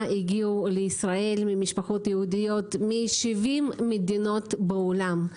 הגיעו לישראל ממשפחות יהודיות משבעים מדינות בעולם,